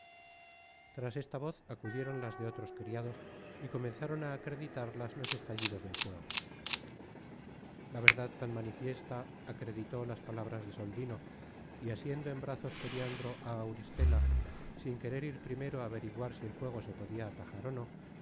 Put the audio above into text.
tras esta voz acudieron las de otros criados y comenzaron á acreditarlas los estallidos del fuego la verdad tan manifiesta acreditó las palabras de soldino y asiendo en brazos periandro á auristela sin querer ir primero á averiguar si el fuego se podia atajar ó no dijo á